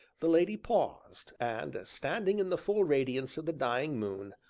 the lady paused, and, standing in the full radiance of the dying moon,